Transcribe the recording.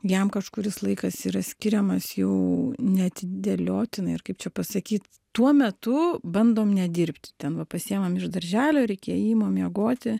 jam kažkuris laikas yra skiriamas jau neatidėliotinai ar kaip čia pasakyt tuo metu bandom nedirbti ten va pasiimam iš darželio ir iki ėjimo miegoti